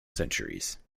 centuries